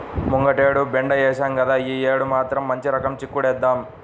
ముంగటేడు బెండ ఏశాం గదా, యీ యేడు మాత్రం మంచి రకం చిక్కుడేద్దాం